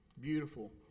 Beautiful